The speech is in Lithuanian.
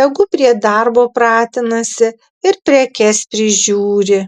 tegu prie darbo pratinasi ir prekes prižiūri